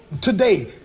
today